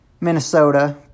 Minnesota